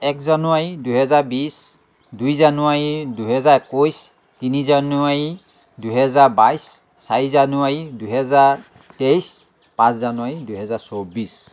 এক জানুৱাৰী দুহেজাৰ বিছ দুই জানুৱাৰী দুহেজাৰ একৈছ তিনি জানুৱাৰী দুহেজাৰ বাইছ চাৰি জানুৱাৰী দুহেজাৰ তেইছ পাঁচ জানুৱাৰী দুহেজাৰ চৌব্বিছ